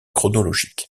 chronologique